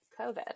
COVID